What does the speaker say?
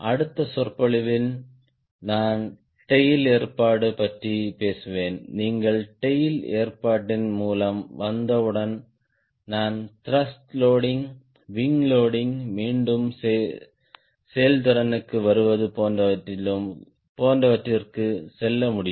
அடுத்த சொற்பொழிவில் நான் டேய்ல் ஏற்பாடு பற்றிப் பேசுவேன் நீங்கள் டேய்ல் ஏற்பாட்டின் மூலம் வந்தவுடன் நான் த்ருஷ்ட் லோடிங் விங் லோடிங் மீண்டும் செயல்திறனுக்கு வருவது போன்றவற்றிற்கு செல்ல முடியும்